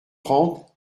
trente